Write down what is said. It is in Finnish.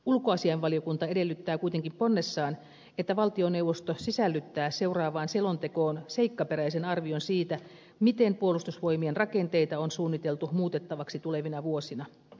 ulkoasiainvaliokunta edellyttää kuitenkin ponnessaan että valtioneuvosto sisällyttää seuraavaan selontekoon seikkaperäisen arvion siitä miten puolustusvoimien rakenteita on suunniteltu muutettavaksi tulevina vuosina